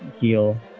heal